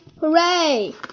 Hooray